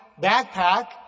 backpack